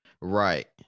right